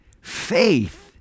Faith